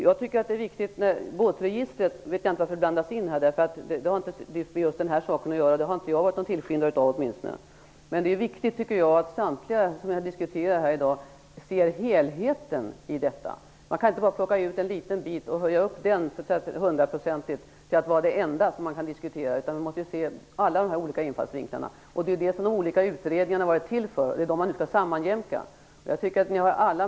Jag vet inte varför båtregistret blandas in; det har inte med saken att göra. Jag har åtminstone inte varit någon tillskyndare av det. Men jag tycker att det är viktigt att samtliga som diskuterar här i dag ser helheten. Man kan inte bara plocka ut en liten bit och göra den till det enda som kan diskuteras, utan man måste se saken ur alla infallsvinklar. Det är vad de olika utredningarna har varit till för, och de skall nu jämkas samman.